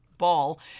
ball